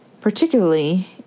particularly